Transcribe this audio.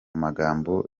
magambo